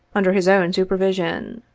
under his own supervision.